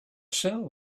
sell